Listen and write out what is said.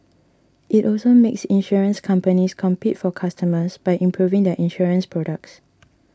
it also makes insurance companies compete for customers by improving their insurance products